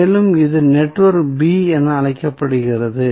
மேலும் இது network B என அழைக்கப்படுகிறது